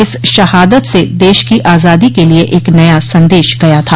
इस शहादत से देश की आजादी के लिये एक नया संदेश गया था